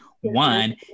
One